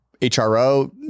HRO